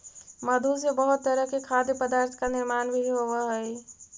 मधु से बहुत तरह के खाद्य पदार्थ का निर्माण भी होवअ हई